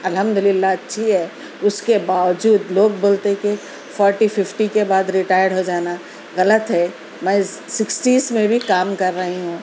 الحمد اللہ بہت اچھی ہے اس کے باوجود لوگ بولتے ہیں کہ فورٹی ففٹی کے بعد رٹائر ہو جانا غلط ہے میں سکسٹیز میں بھی کام کر رہی ہوں